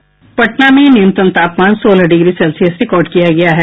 sound bite Patna में न्यूनतम तापमान सोलह डिग्री सेल्सियस रिकॉर्ड किया गया है